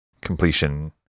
completion